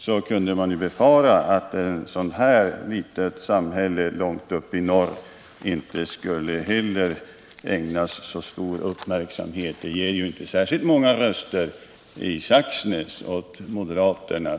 Därför kunde man befara att inte heller ett sådant litet samhälle som detta, långt uppe i norr, skulle ägnas stor uppmärksamhet. Det ges väl i Saxnäs inte många röster åt moderaterna.